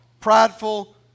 prideful